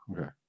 Okay